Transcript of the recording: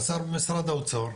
שר במשרד האוצר,